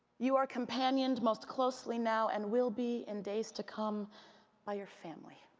your companioned most closely now and will be in days to come by your family.